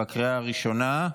בקריאה הראשונה.